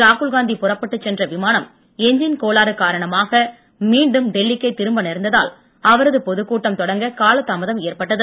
ராகுல்காந்தி புறப்பட்டு சென்ற விமானம் எஞ்ஜின் கோளாறு காரணமாக மீண்டும் டெல்லிக்கே திரும்ப நேர்ந்ததால் அவரது பொதுக் கூட்டம் தொடங்க கால தாமதம் ஏற்பட்டது